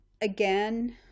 again